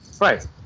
Right